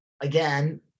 again